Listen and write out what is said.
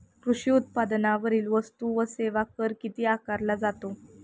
कृषी उत्पादनांवरील वस्तू व सेवा कर किती आकारला जातो?